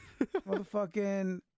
Motherfucking